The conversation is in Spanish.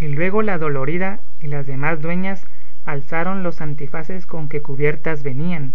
y luego la dolorida y las demás dueñas alzaron los antifaces con que cubiertas venían